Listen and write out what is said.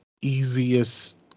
easiest